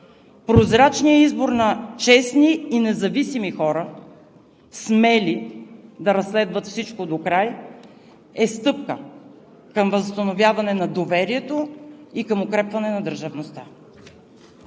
прозрачният избор на честни и независими хора, смели – да разследват всичко докрай, а и стъпка към възстановяване на доверието и към укрепване на държавността.